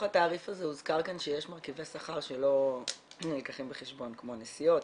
התעריף הזה הוזכר כאן שיש מרכיבי שכר שלא נלקחים בחשבון כמו נסיעות,